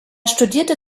studierte